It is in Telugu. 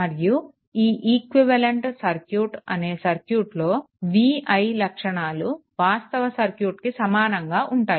మరియు ఈక్వివలెంట్ సర్క్యూట్ అనే సర్క్యూట్లో v i లక్షణాలు వాస్తవ సర్క్యూట్కి సమానంగా ఉంటాయి